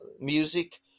music